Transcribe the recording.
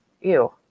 ew